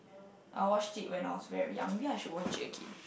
I watched it when I was very young maybe I should watch it again